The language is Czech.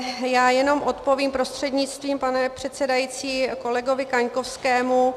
Já jenom odpovím prostřednictvím pana předsedajícího kolegovi Kaňkovskému.